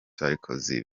sarkozy